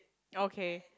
okay